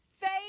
faith